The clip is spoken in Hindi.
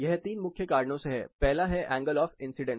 यह तीन मुख्य कारणों से है पहला है एंगल आफ इंसीडेंस